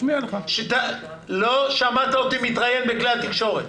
לא שמעת אותי מתראיין בכלי התקשורת.